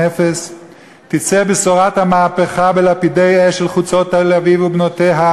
אפס תצא בשורת המהפכה בלפידי אש אל חוצות תל-אביב ובנותיה: